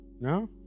No